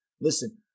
Listen